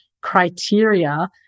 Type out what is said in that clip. criteria